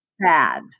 bad